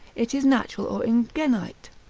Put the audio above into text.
it is natural or ingenite,